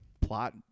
plot